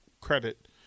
credit